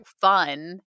fun